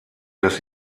des